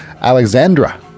Alexandra